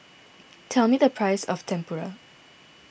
tell me the price of Tempura